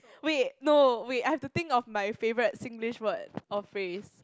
wait no wait I have to think of my favourite Singlish word or phrase